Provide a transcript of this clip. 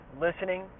listening